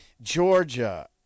Georgia